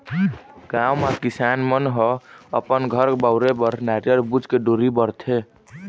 गाँव म किसान मन ह अपन घर बउरे बर नरियर बूच के डोरी बरथे